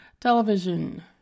television